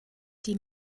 die